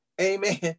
Amen